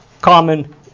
common